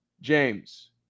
James